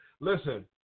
Listen